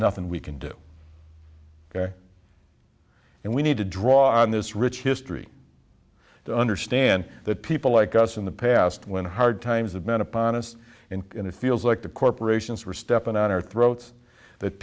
nothing we can do and we need to draw on this rich history to understand that people like us in the past when hard times have meant upon us and it feels like the corporations were stepping on our throats that